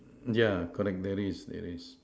yeah collect berries it is